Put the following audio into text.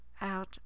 out